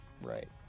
Right